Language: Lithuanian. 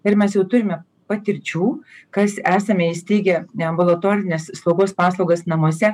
ir mes jau turime patirčių kas esame įsteigę ambulatorinės slaugos paslaugas namuose